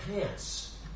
pants